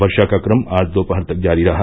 वर्षा का क्रम आज दोपहर तक जारी रहा